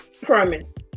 promise